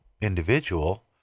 individual